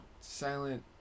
Silent